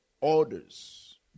orders